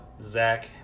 Zach